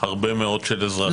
יש הרבה מאוד אזרחים זרים שמגיעים.